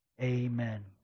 Amen